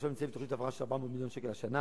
עכשיו אנחנו בתוכניות הבראה של 400 מיליון שקל השנה,